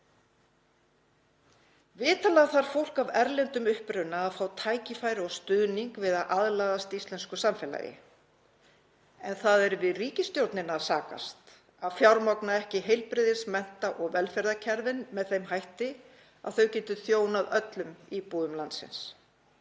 Vitanlega þarf fólk af erlendum uppruna að fá tækifæri og stuðning við að aðlagast íslensku samfélagi en það er við ríkisstjórnina að sakast að fjármagna ekki heilbrigðis-, mennta- og velferðarkerfið með þeim hætti að þau geti þjónað öllum íbúum landsins.